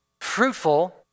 fruitful